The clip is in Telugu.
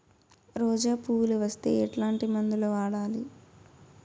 రోజా పువ్వులు వస్తే ఎట్లాంటి మందులు వాడాలి?